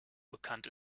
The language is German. bekannt